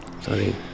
Sorry